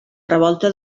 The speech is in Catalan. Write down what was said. revolta